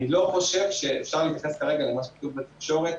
אני לא חושב שאפשר להתייחס כרגע למה שכתוב בתקשורת.